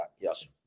Yes